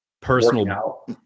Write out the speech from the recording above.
personal